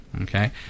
Okay